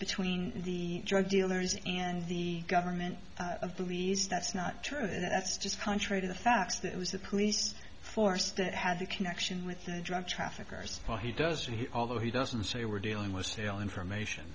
between the drug dealers and the government police that's not true that's just contrary to the facts that was the police force that has a connection with the drug traffickers well he does he although he doesn't say we're dealing with stale information